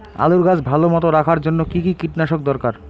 আলুর গাছ ভালো মতো রাখার জন্য কী কী কীটনাশক দরকার?